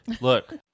look